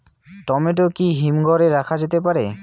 Tomato কি হিমঘর এ রাখা যেতে পারে?